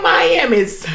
Miami's